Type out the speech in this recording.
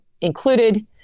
included